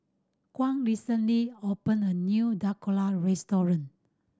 Kwame recently opened a new Dhokla Restaurant